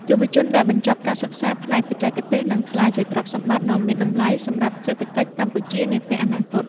យុវជនដែលបញ្ចប់ការសិក្សាផ្នែកបច្ចេកទេសនឹងក្លាយជាទ្រព្យសម្បត្តិដ៏មានតម្លៃសម្រាប់សេដ្ឋកិច្ចកម្ពុជានាពេលអនាគត។